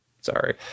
Sorry